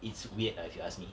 it's weird lah if you ask me